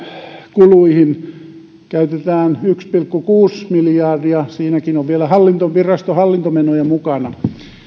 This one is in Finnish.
kuluihin käytetään yksi pilkku kuusi miljardia siinäkin on vielä viraston hallintomenoja mukana